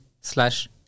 slash